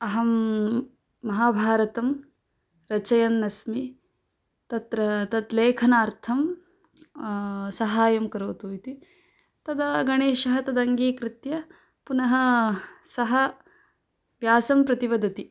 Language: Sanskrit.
अहं महाभारतं रचयन् अस्मि तत्र तत् लेखनार्थं सहायं करोतु इति तदा गणेशः तदङ्गीकृत्य पुनः सः व्यासं प्रति वदति